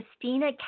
Christina